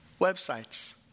websites